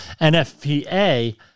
NFPA